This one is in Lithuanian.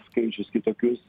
skaičius kitokius